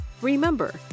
Remember